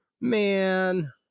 Man